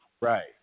Right